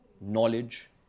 knowledge